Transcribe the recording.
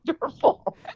wonderful